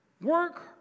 work